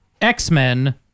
X-Men